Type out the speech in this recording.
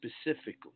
specifically